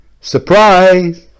Surprise